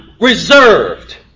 reserved